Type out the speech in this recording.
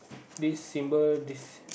this symbol this